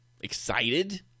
Excited